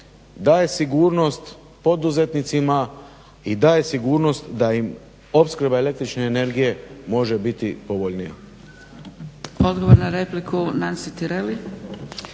daje sigurnost poduzetnicima i daje sigurnost da im opskrba električne energije može biti povoljnija.